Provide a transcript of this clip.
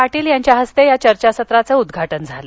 पाटील यांच्या हस्ते या चर्चासत्राचं उद्घाटन झालं